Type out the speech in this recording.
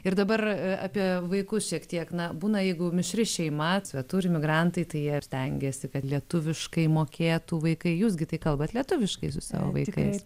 ir dabar apie vaikus šiek tiek na būna jeigu mišri šeima svetur imigrantai tai jie stengiasi kad lietuviškai mokėtų vaikai jūs gi tai kalbat lietuviškai su savo vaikais